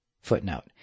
Footnote